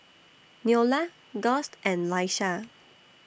Neola Gust and Laisha